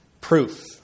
proof